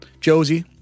Josie